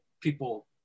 people